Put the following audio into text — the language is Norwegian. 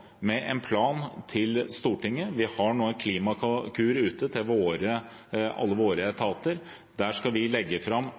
med en plan til Stortinget. Vi har nå Klimakur ute til alle våre